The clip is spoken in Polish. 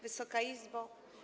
Wysoka Izbo!